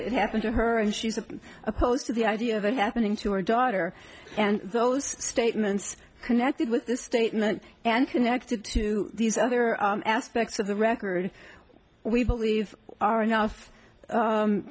it happened to her and she's opposed to the idea of it happening to her daughter and those statements connected with this statement and connected to these other aspects of the record we believe are enough